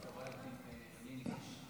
כבוד היושב-ראש,